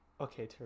Okay